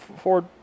Ford